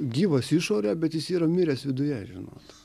gyvas išore bet jis yra miręs viduje žinot